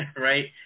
right